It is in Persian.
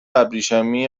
ابریشمی